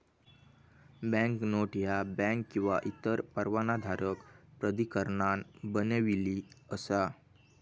banknote ह्या bank किंवा इतर परवानाधारक प्राधिकरणान बनविली असा